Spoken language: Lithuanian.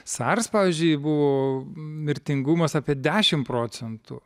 sars pavyzdžiui buvo mirtingumas apie dešimt procentų